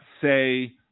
say